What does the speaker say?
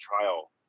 trial